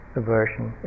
aversion